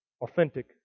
authentic